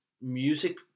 music